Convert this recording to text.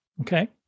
okay